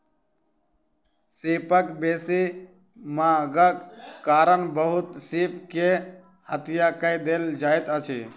सीपक बेसी मांगक कारण बहुत सीप के हत्या कय देल जाइत अछि